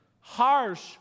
Harsh